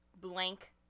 blank